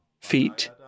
Feet